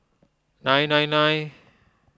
nine nine nine